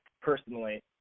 personally